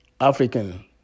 African